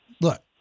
look